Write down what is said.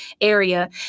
area